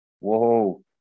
Whoa